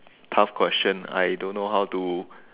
tough question I don't know how to